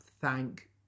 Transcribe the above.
Thank